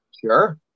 Sure